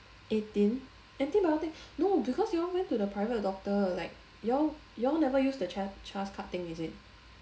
eighteen antibiotic no because you all went to the private doctor like you all you all never use the CHAS CHAS card thing is it